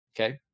Okay